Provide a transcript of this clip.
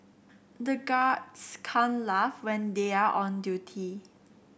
the guards can laugh when they are on duty